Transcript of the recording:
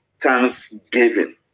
thanksgiving